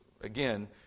again